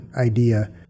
idea